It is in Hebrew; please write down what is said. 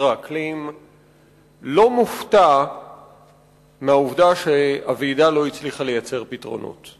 האקלים לא מופתע מהעובדה שהוועידה לא הצליחה לייצר פתרונות,